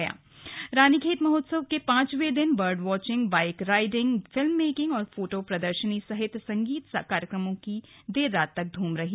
slug Ranikhet महोत्सव रानीखेत महोत्सव के पांचवें दिन bird watching bike riding film making और फोटो प्रर्दशनी सहित संगीत कार्यक्रमों की देर रात तक धूम रही